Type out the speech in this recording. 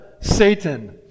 Satan